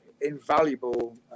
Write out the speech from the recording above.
invaluable